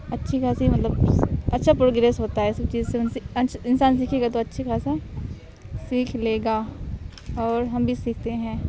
اچھی خاصی مطلب اچھا پروگریس ہوتا ہے سب چیز سے ان سے ان انسان سیکھے گا تو اچھی خاصا سیکھ لے گا اور ہم بھی سیکھتے ہیں